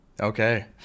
Okay